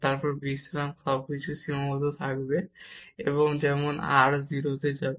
তাছাড়া সবকিছু সীমাবদ্ধ থাকবে এবং r 0 তে যাবে